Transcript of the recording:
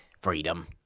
Freedom